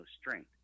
strength